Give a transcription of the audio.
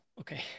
okay